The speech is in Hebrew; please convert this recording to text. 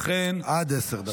עד עשר דקות.